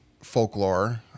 folklore